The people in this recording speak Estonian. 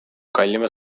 kallima